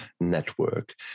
network